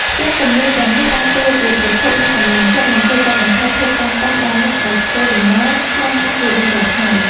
ផ្ទាំងគំនូរទាំងនេះដើរតួជាប្រភពនៃកម្លាំងចិត្ត និងជួយកាត់បន្ថយភាពតានតឹងដល់អ្នកដែលធ្វើដំណើរឆ្លងកាត់ជារៀងរាល់ថ្ងៃ។